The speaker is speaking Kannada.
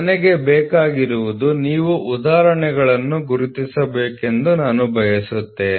ನನಗೆ ಬೇಕಾಗಿರುವುದು ನೀವು ಉದಾಹರಣೆಗಳನ್ನು ಗುರುತಿಸಬೇಕೆಂದು ನಾನು ಬಯಸುತ್ತೇನೆ